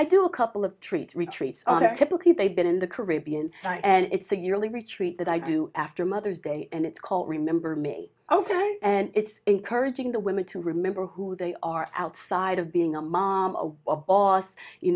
i do a couple of treats retreats typically they've been in the caribbean and it's a yearly retreat that i do after mother's day and it's called remember me ok and it's encouraging the women to remember who they are outside of being a mom o